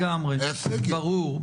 ברור.